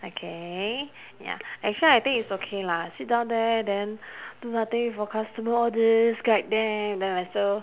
okay ya actually I think it's okay lah sit down there then do nothing wait for customer all this guide them then also